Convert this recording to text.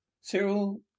Cyril